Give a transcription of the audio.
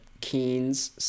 Keen's